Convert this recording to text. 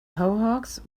hookahs